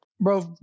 bro